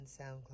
SoundCloud